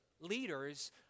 leaders